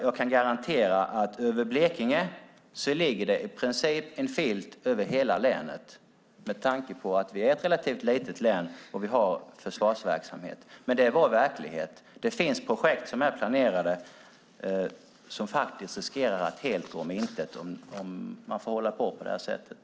Jag kan garantera att över Blekinge ligger det i princip en filt över hela länet, med tanke på att vi är ett relativt litet län och vi har försvarsverksamhet, men det är vår verklighet. Det finns projekt som är planerade som faktiskt riskerar att helt gå om intet om man får hålla på på det här sättet.